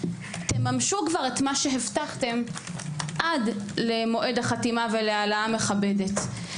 תממשו כבר את מה שהבטחתם עד מועד החתימה ולהעלאה מכבדת.